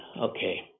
okay